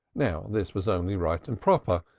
now this was only right and proper,